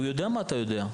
הוא יודע מה אתה יודע.